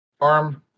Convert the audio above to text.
arm